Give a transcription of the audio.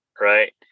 right